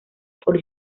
por